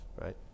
right